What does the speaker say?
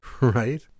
right